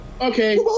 Okay